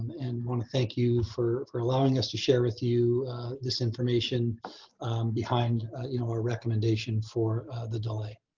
and wanna thank you for for allowing us to share with you this information behind you know our recommendation for the delay.